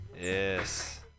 Yes